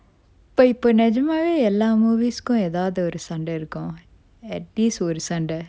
இப்ப இப்ப நெஜமாவே எல்லா:ippa ippa nejamave ella movies கும் எதாவது ஒரு சண்டை இருக்கும்:kum ethavathu oru sandai irukkum atleast ஒரு சண்டை:oru sandai